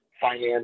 finance